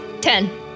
Ten